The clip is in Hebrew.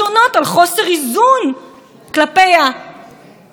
יש פה ממשלה ששולטת לחלוטין גם ברשות המחוקקת,